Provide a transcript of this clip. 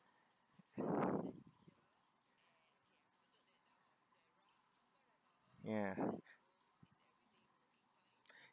yeah